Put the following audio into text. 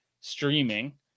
streaming